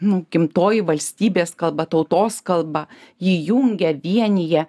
nu gimtoji valstybės kalba tautos kalba ji jungia vienija